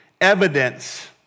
evidence